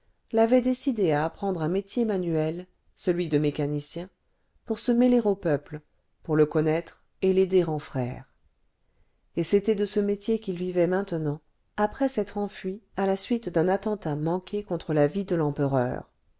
l'avait décidé à apprendre un métier manuel celui de mécanicien pour se mêler au peuple pour le connaître et l'aider en frère et c'était de ce métier qu'il vivait maintenant après s'être enfui à la suite d'un attentat manqué contre la vie de l'empereur